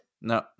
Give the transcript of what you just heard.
no